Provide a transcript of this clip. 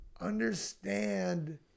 understand